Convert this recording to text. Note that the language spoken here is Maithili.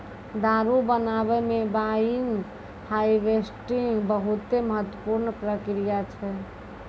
दारु बनाबै मे वाइन हार्वेस्टिंग बहुते महत्वपूर्ण प्रक्रिया छै